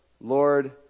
Lord